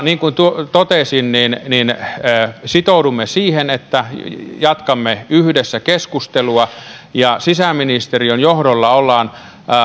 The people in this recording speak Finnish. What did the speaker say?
niin kuin totesin sitoudumme siihen että jatkamme yhdessä keskustelua sisäministeriön johdolla ollaan